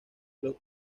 los